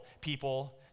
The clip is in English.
people